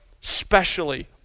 specially